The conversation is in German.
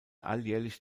alljährlich